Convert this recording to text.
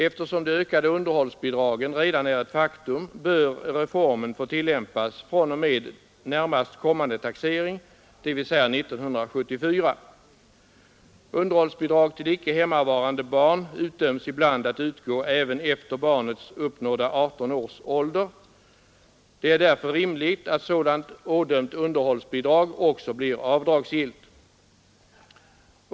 Eftersom de ökade underhållsbidragen redan är ett faktum bör reformen få tillämpas från och med närmast kommande taxering, dvs. 1974. Underhållsbidrag till icke hemmavarande barn utdöms ibland att utgå även efter det barnet uppnått 18 års ålder. Det är därför rimligt att sådant ådömt underhållsbidrag också blir avdragsgillt.